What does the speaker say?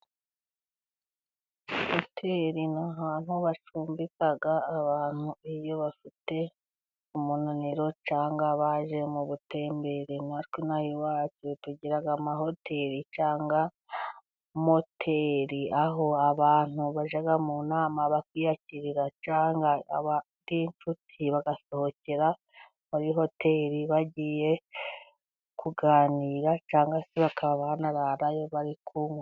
Hoteli ni ahantu bacumbika abantu iyo bafite umunaniro cyangwa baje mu butembere, natwe ino aha iwacu tugira amahoteli cyangwa moteri aho abantu bajya mu nama bakiyakirira, cyangwa abafiteyo inshuti bagasohokera muri hoteli bagiye kuganira cyangwa se bakaba banararayo bari kunywa.